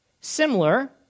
Similar